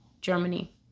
Germany